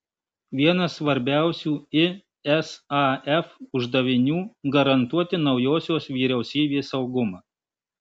vienas svarbiausių isaf uždavinių garantuoti naujosios vyriausybės saugumą